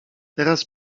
teraz